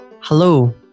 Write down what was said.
Hello